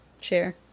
Share